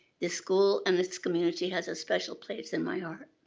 this school and this community has a special place in my heart.